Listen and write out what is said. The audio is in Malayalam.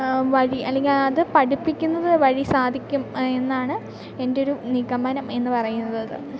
വഴി അല്ലെങ്കിൽ അത് പഠിപ്പിക്കുന്നതു വഴി സാധിക്കും എന്നാണ് എൻ്റൊരു നിഗമനം എന്നു പറയുന്നത്